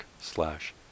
slash